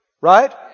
Right